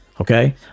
okay